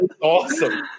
Awesome